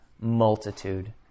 multitude